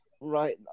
right